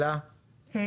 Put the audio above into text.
שאלות.